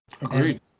Agreed